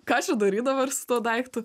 ką čia daryt dabar su tuo daiktu